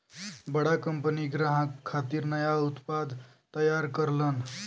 बड़ा कंपनी ग्राहक खातिर नया उत्पाद तैयार करलन